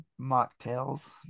mocktails